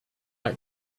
like